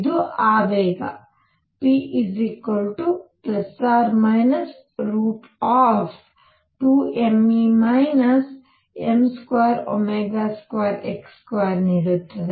ಇದು ಆವೇಗ p ±√ ನೀಡುತ್ತದೆ